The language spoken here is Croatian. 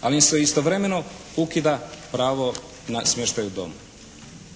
ali im se istovremeno ukida pravo na smještaj u domu.